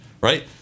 Right